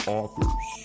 authors